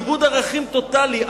איבוד ערכים טוטלי.